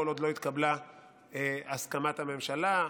כל עוד לא התקבלה הסכמת הממשלה,